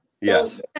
yes